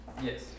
Yes